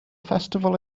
festival